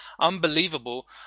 unbelievable